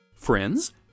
Friends